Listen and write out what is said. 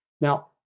Now